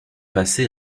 passer